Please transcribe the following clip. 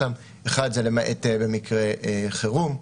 האחד זה למעט במקרה חירום.